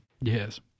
Yes